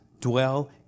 dwell